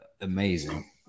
amazing